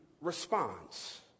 response